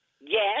Yes